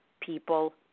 people